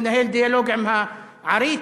לנהל דיאלוג עם העריץ,